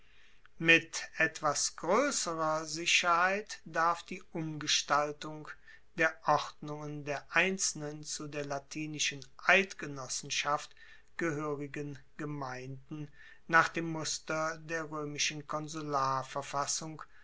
mit etwas groesserer sicherheit darf die umgestaltung der ordnungen der einzelnen zu der latinischen eidgenossenschaft gehoerigen gemeinden nach dem muster der